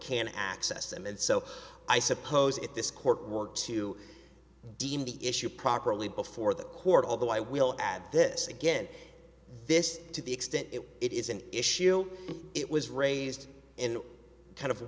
can access them and so i suppose if this court were to deem the issue properly before the court although i will add this again this to the extent it is an issue it was raised in kind of